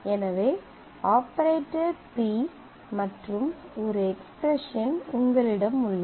எனவே ஆபரேட்டர் Ρ மற்றும் ஒரு எக்ஸ்பிரஸன் உங்களிடம் உள்ளது